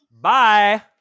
bye